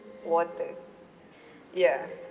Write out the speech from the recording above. water ya